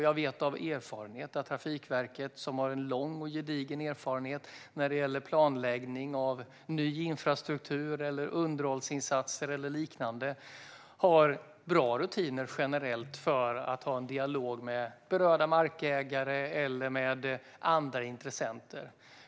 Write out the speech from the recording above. Jag vet av erfarenhet att Trafikverket, som har lång och gedigen erfarenhet när det gäller planläggning av ny infrastruktur, underhållsinsatser och liknande, generellt har bra rutiner för att ha en dialog med berörda markägare eller andra intressenter.